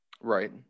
Right